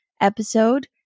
episode